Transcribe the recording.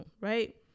right